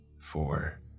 four